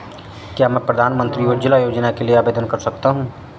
क्या मैं प्रधानमंत्री उज्ज्वला योजना के लिए आवेदन कर सकता हूँ?